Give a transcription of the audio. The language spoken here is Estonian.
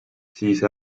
siis